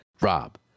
Rob